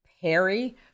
Perry